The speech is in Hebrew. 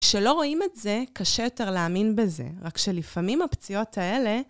כשלא רואים את זה, קשה יותר להאמין בזה, רק שלפעמים הפציעות האלה...